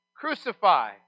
Crucify